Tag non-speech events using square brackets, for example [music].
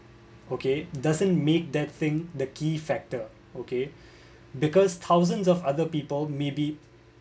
okay doesn't make that thing the key factor okay [breath] because thousands of other people maybe